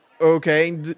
okay